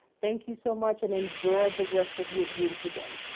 thank you so much and. enjoy the rest of your beautiful day.